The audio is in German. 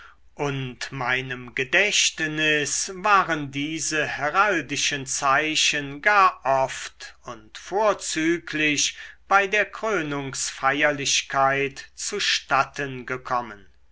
und meinem gedächtnis waren diese heraldischen zeichen gar oft und vorzüglich bei der krönungsfeierlichkeit zustatten gekommen